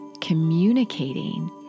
communicating